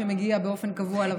שמגיע באופן קבוע לוועדה.